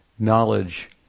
Knowledge